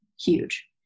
huge